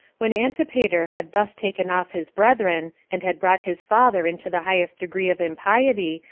when antipater had thus taken off his brethren, and had brought his father into the highest degree of impiety,